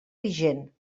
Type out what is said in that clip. vigent